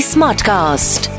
Smartcast